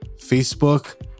Facebook